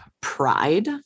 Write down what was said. pride